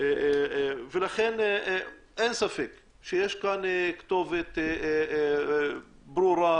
אין ספק שיש כאן כתובת ברורה,